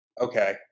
okay